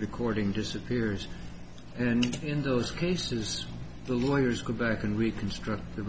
recording disappears and in those cases the lawyers go back and reconstruct the